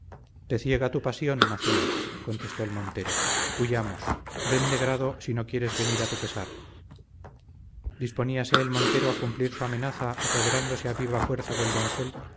te ciega tu pasión macías contestó el montero huyamos ven de grado si no quieres venir a tu pesar disponíase el montero a cumplir su amenaza apoderándose a viva fuerza del doncel